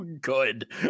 good